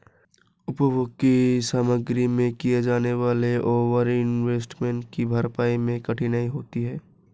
उपभोग की सामग्री में किए जाने वाले ओवर इन्वेस्टमेंट की भरपाई मैं कठिनाई होती है